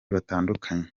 batandukanye